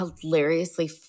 hilariously